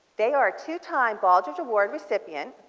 they are two time bald ridge award rerip yeah and